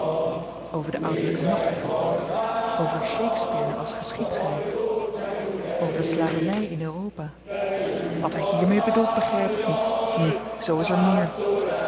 over de ouderlyke macht over shakespeare als geschiedschryver over de slaverny in europa wat hy hiermee bedoelt begryp ik niet nu zoo is er meer